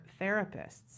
therapists